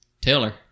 Taylor